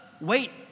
Wait